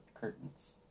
curtains